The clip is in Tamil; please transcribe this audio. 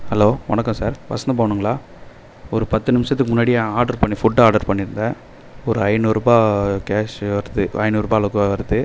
ஹலோ வணக்கம் சார் வசந்தபவனுங்களா ஒரு பத்து நிமிஷத்துக்கு முன்னாடி நான் ஆர்ட்ரு பண்ண ஃபுட் ஆர்டர் பண்ணிருந்தேன் ஒரு ஐநூறுரூபா கேஷ்ஷு வருது ஒரு ஐநூறுரூபா அளவுக்கு வருது